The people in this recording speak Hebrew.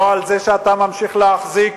לא על זה שאתה ממשיך להחזיק